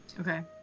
Okay